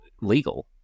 legal